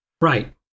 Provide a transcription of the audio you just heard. Right